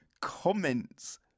comments